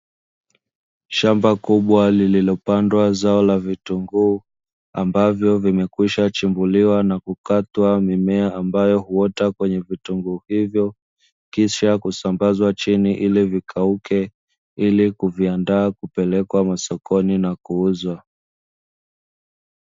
Shamba kubwa lililopandwa zao la vitunguu, ambavyo vimekwisha chimbuliwa na kukatwa mimea ambayo huota kwenye vitunguu hivyo, kisha kusambazwa chini, ili vikauke ili kuviandaa kupelekwa masokoni na kuuzwa.